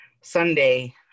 Sunday